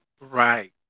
Right